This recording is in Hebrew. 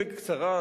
בקצרה,